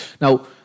now